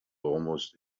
almost